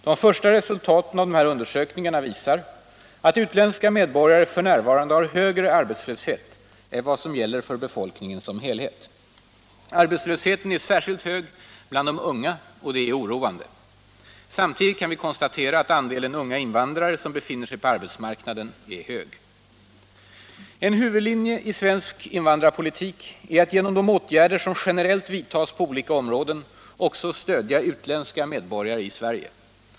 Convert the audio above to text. De första resultaten av dessa undersökningar visar att utländska medborgare f. n. har högre arbetslöshet än vad som gäller för befolkningen som helhet. Arbetslösheten är särskilt hög bland de unga, och det är oroande. Samtidigt kan vi konstatera att andelen unga invandrare som befinner sig på arbetsmarknaden är hög. En huvudlinje i svensk invandrarpolitik är att genom de åtgärder som generellt vidtas på olika områden också stödja utländska medborgare i Sverige.